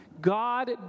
God